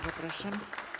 Zapraszam.